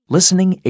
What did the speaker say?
Listening